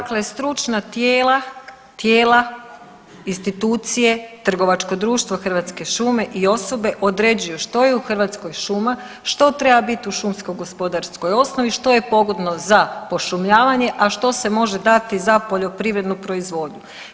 Dakle, stručna tijela, tijela, institucije, trgovačko društvo Hrvatske šume i osobe određuju što je u Hrvatskoj šuma, što treba biti u šumsko gospodarskoj osnovi, što je pogodno za pošumljavanje, a što se može dati za poljoprivrednu proizvodnju.